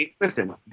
listen